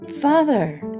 Father